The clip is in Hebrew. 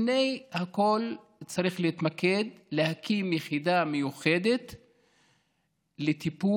לפני הכול צריך להתמקד ולהקים יחידה מיוחדת לטיפול,